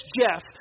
Jeff